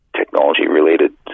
technology-related